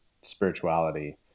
spirituality